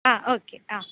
ஆ okay ஆ